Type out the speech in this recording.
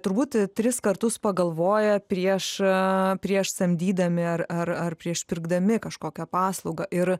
turbūt tris kartus pagalvoja prieš prieš samdydami ar ar ar prieš pirkdami kažkokią paslaugą ir